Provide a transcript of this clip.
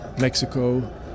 Mexico